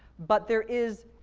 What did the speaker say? but there is,